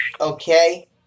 Okay